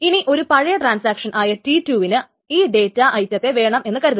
ഇനി ഒരു പഴയ ട്രാൻസാക്ഷൻ ആയ T2 ന് ഈ ഡേറ്റ ഐറ്റത്തെ വേണം എന്ന് കരുതുക